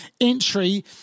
entry